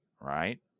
right